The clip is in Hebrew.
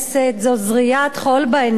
זו זריית חול בעיניים.